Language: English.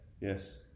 Yes